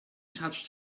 touched